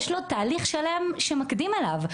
יש לו תהליך שלם שמקדים אליו.